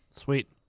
Sweet